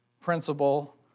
principle